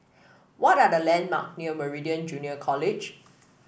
what are the landmark near Meridian Junior College